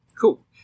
Cool